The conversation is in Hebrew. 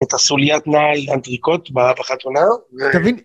היתה לי סופית נעל אנטריקוט בחתונה. תבין.